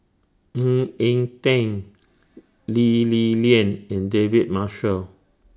Ng Eng Teng Lee Li Lian and David Marshall